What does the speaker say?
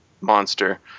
monster